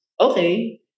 Okay